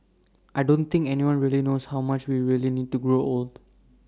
I don't think anyone really knows how much we really need to grow old